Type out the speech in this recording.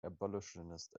abolitionist